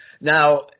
Now